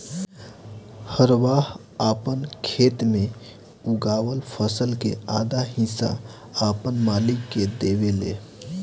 हरवाह आपन खेत मे उगावल फसल के आधा हिस्सा आपन मालिक के देवेले